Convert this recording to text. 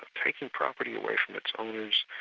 taking property away from its owners,